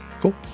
Cool